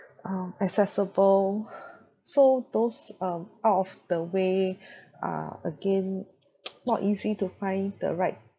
um accessible so those um out of the way are again not easy to find the right